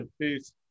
peace